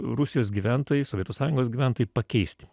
rusijos gyventojai sovietų sąjungos gyventojai pakeisti